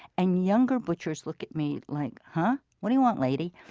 and younger butchers look at me like huh? what do you want, lady?